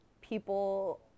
people